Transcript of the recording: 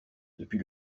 depuis